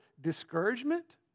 discouragement